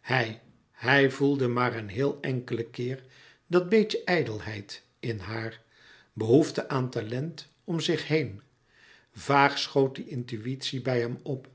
hij hij voelde maar een enkelen keer dat beetje ijdelheid in haar behoefte aan talent om zich heen vaag schoot die intuïtie bij hem op